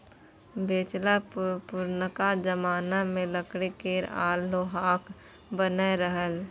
बेलचा पुरनका जमाना मे लकड़ी केर आ लोहाक बनय रहय